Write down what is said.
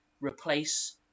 replace